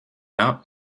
out